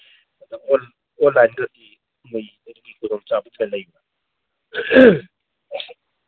ꯑꯣꯟꯂꯥꯏꯟꯒꯗꯤ